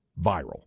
viral